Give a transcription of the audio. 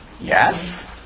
Yes